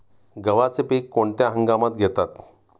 गव्हाचे पीक कोणत्या हंगामात घेतात?